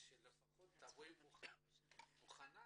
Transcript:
שלפחות תבואי מוכנה